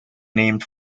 named